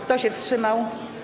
Kto się wstrzymał?